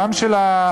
גם של הילדים,